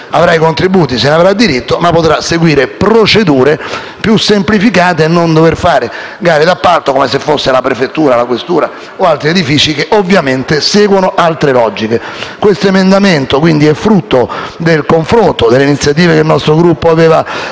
avrà i contributi, se ne avrà diritto, ma potrà seguire procedure semplificate senza dover fare gare d'appalto come se fosse la prefettura, la questura o altri edifici che ovviamente seguono altre logiche. Questo emendamento, quindi, è frutto del confronto, delle iniziative che il nostro Gruppo aveva